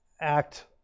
act